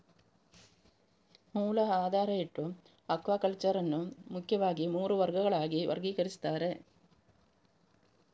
ಮೂಲ ಆಧಾರ ಇಟ್ಟು ಅಕ್ವಾಕಲ್ಚರ್ ಅನ್ನು ಮುಖ್ಯವಾಗಿ ಮೂರು ವರ್ಗಗಳಾಗಿ ವರ್ಗೀಕರಿಸ್ತಾರೆ